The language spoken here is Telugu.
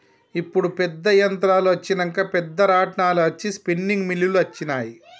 ఇప్పుడు పెద్ద యంత్రాలు అచ్చినంక పెద్ద రాట్నాలు అచ్చి స్పిన్నింగ్ మిల్లులు అచ్చినాయి